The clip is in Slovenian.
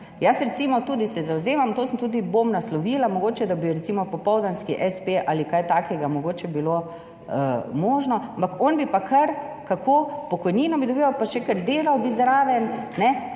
Jaz se recimo tudi zavzemam, to sem tudi in bom naslovila, mogoče, da bi recimo popoldanski espe ali kaj takega mogoče bilo možno, ampak on bi pa kar, kako, pokojnino bi dobival in še kar delal bi zraven,